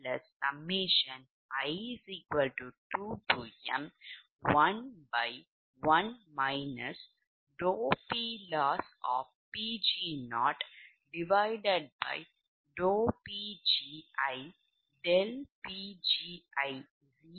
இந்த ∆Pgii1m11 PLoss0Pgi∆Pgi∆PL